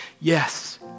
Yes